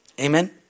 Amen